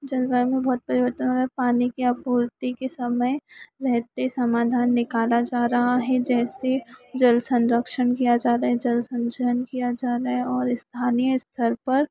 जलवायु में बहुत परिवर्तन हो रहा है पानी की आपूर्ति के समय रहते समाधान निकाला जा रहा है जैसे जल संरक्षण या ज़्यादा जल संचरण किया जा रहा है और स्थानीय स्तर पर